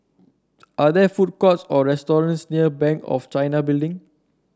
are there food courts or restaurants near Bank of China Building